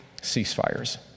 ceasefires